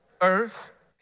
earth